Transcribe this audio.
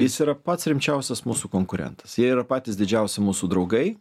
jis yra pats rimčiausias mūsų konkurentas jie yra patys didžiausi mūsų draugai